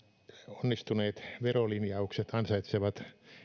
onnistuneet verolinjaukset ansaitsevat